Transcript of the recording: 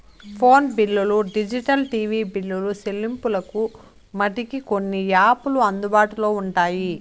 phone బిల్లులు digital TV బిల్లులు సెల్లింపులకు మటికి కొన్ని యాపులు అందుబాటులో ఉంటాయి